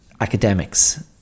academics